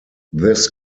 this